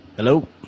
Hello